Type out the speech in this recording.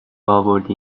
آوردی